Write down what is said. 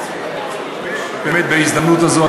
באמת בהזדמנות הזאת,